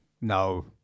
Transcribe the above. No